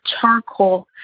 charcoal